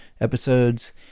episodes